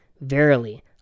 Verily